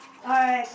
alright